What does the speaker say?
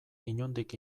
inondik